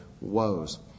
woes